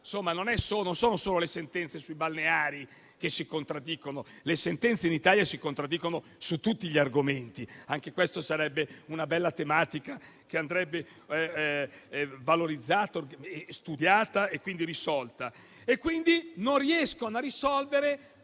non sono solo le sentenze sui balneari che si contraddicono; le sentenze in Italia si contraddicono su tutti gli argomenti (anche questa sarebbe una bella tematica da studiare e quindi risolvere).